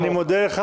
אני מודה לך.